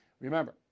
Remember